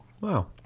Wow